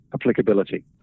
applicability